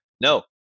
no